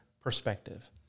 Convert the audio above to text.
perspective